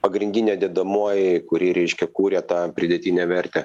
pagrindinė dedamoji kuri reiškia kūrė tą pridėtinę vertę